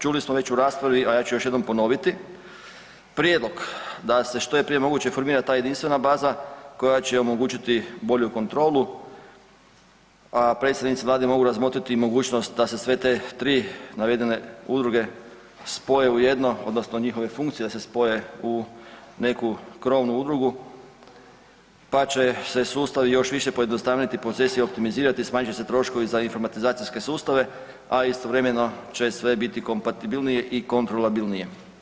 Čuli smo već u raspravi, a ja ću još jednom ponoviti, prijedlog da se što je prije moguće formira ta jedinstvena baza koja će omogućiti bolju kontrolu, a predstavnici vlade mogu razmotriti i mogućnost da se sve te 3 navedene udruge spoje u jedno odnosno njihove funkcije da se spoje u neku krovnu udrugu, pa će se sustavi još više pojednostaviti i … [[Govornik se ne razumije]] optimizirati, smanjit će se troškovi za informatizacijske sustave, a istovremeno će sve biti kompatibilnije i kontrolabilnije.